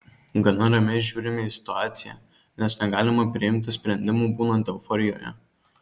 gana ramiai žiūrime į situaciją nes negalima priimti sprendimų būnant euforijoje